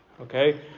Okay